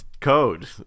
code